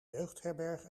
jeugdherberg